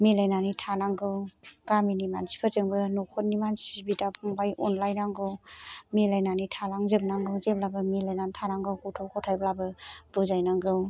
मिलायनानै थानांगौ गामिनि मानसिफोरजोंबो न'खरनि मानसि बिदा फंबाय अनलायनांगौ मिलायनानै थालांजोबनांगौ जेब्लाबो मिलायनानै थानांगौ गथ' ग'थायब्लाबो बुजायनांगौ